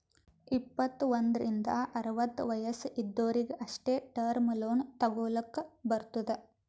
ಇಪ್ಪತ್ತು ಒಂದ್ರಿಂದ್ ಅರವತ್ತ ವಯಸ್ಸ್ ಇದ್ದೊರಿಗ್ ಅಷ್ಟೇ ಟರ್ಮ್ ಲೋನ್ ತಗೊಲ್ಲಕ್ ಬರ್ತುದ್